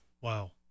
Wow